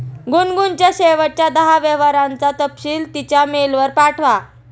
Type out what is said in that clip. गुनगुनच्या शेवटच्या दहा व्यवहारांचा तपशील तिच्या मेलवर पाठवा